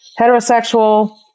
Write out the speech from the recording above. heterosexual